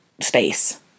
space